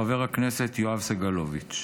חבר הכנסת יואב סגלוביץ'.